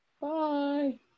Bye